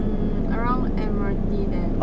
mm around admiralty there